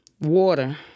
Water